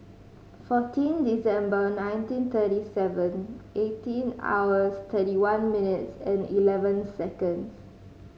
fourteen December nineteen thirty seven eighteen hours thirty one minutes and eleven seconds